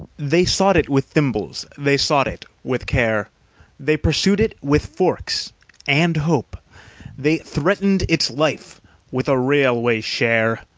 they sought it with thimbles, they sought it with care they pursued it with forks and hope they threatened its life with a railway-share